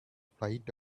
flight